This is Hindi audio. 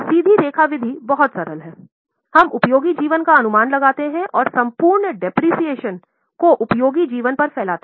सीधी रेखा विधि बहुत सरल है हम उपयोगी जीवन का अनुमान लगाते हैं और संपूर्ण मूल्यह्रास उपयोगी जीवन पर फैलते हैं